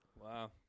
wow